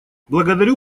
благодарю